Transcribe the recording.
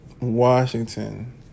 Washington